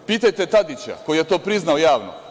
Pitajte Tadića koji je to priznao javno.